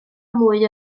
mwy